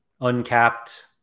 Uncapped